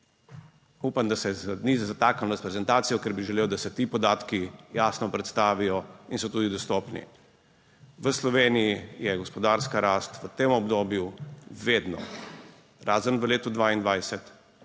Upam, da se ni zataknilo s prezentacijo, ker bi želel, da se ti podatki jasno predstavijo in so tudi dostopni. V Sloveniji je gospodarska rast v tem obdobju vedno, razen v letu 2022,